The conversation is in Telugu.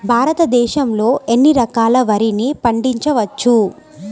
భారతదేశంలో ఎన్ని రకాల వరిని పండించవచ్చు